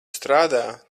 strādā